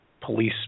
police